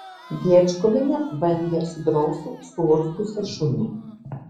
diečkuvienė bandė sudrausti suurzgusį šunį